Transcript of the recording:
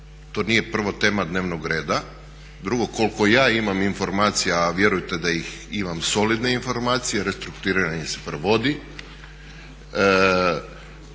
To nije prvo tema dnevnog reda. Drugo, koliko ja imam informacija, a vjerujte da imam solidne informacije restrukturiranje se provodi.